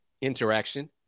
interaction